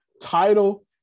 title